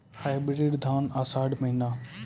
Hybrid धान आषाढ़ महीना?